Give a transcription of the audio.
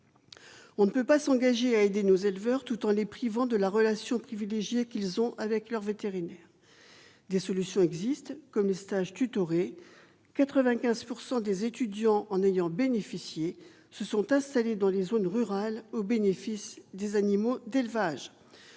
on ne peut pas s'engager à aider nos éleveurs tout en les privant de la relation privilégiée qu'ils ont avec leur vétérinaire, des solutions existent comme le stage tutoré 95 pourcent des étudiants en ayant bénéficié se sont installés dans les zones rurales au bénéfice des animaux d'élevage